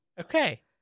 Okay